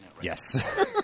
Yes